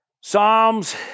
Psalms